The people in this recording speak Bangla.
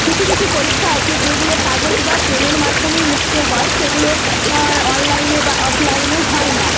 কিছু কিছু পরীক্ষা আছে যেগুলো কাগজ বা পেনের মাধ্যমেই লিখতে হয় সেগুলো অনলাইনে বা অফলাইনে হয় না